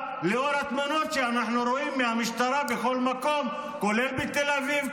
לאור התמונות שאנחנו רואים מהמשטרה בכל מקום כולל בתל אביב,